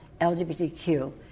LGBTQ